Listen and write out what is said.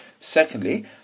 Secondly